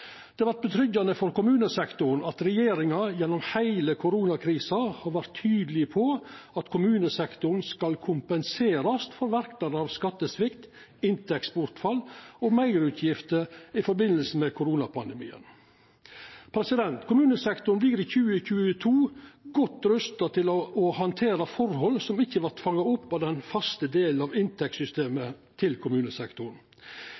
Det har vore tryggjande for kommunesektoren at regjeringa gjennom heile koronakrisa har vore tydeleg på at kommunesektoren skal kompenserast for verknader av skattesvikt, inntektsbortfall og meirutgifter i samband med koronapandemien. Kommunesektoren vert i 2022 godt rusta til å handtera forhold som ikkje vert fanga opp av den faste delen av